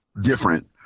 different